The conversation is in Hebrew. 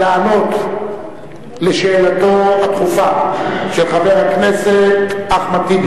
של יום ראשון,